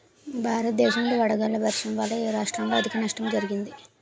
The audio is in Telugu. భారతదేశం లో వడగళ్ల వర్షం వల్ల ఎ రాష్ట్రంలో అధిక నష్టం జరిగింది?